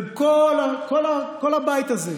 וכל הבית הזה,